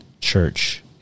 church